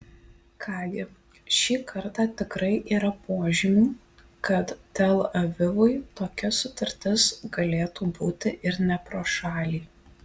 ką gi šį kartą tikrai yra požymių kad tel avivui tokia sutartis galėtų būti ir ne pro šalį